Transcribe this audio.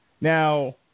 Now